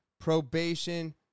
probation